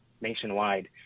nationwide